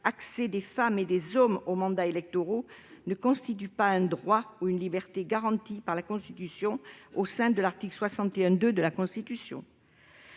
accès des femmes et des hommes aux mandats électoraux ne crée pas un droit ou une liberté garanti au sens de l'article 61-1 de la Constitution.